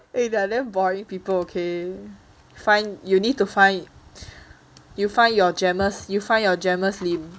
eh they are damn boring people okay find you need to find find your jamus you find your jamus lim